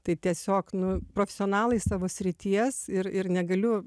tai tiesiog nu profesionalai savo srities ir ir negaliu